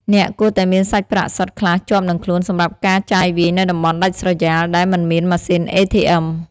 អ្នកគួរតែមានសាច់ប្រាក់សុទ្ធខ្លះជាប់នឹងខ្លួនសម្រាប់ការចាយវាយនៅតំបន់ដាច់ស្រយាលដែលមិនមានម៉ាស៊ីន ATM។